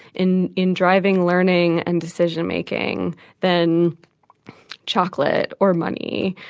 in in driving learning and decision-making than chocolate or money,